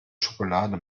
schokolade